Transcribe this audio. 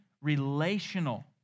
relational